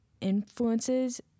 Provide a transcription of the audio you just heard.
influences